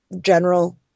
general